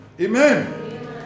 amen